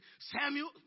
Samuel